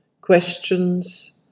questions